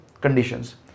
conditions